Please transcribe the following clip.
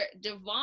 Devon